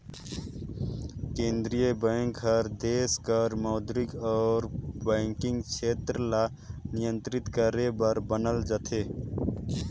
केंद्रीय बेंक हर देस कर मौद्रिक अउ बैंकिंग छेत्र ल नियंत्रित करे बर बनाल जाथे